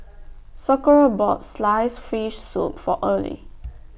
Socorro bought Sliced Fish Soup For Early